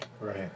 Right